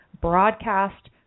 broadcast